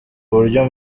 buryo